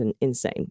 insane